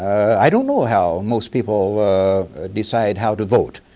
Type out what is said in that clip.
i don't know how most people decide how to vote.